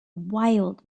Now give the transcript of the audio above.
wild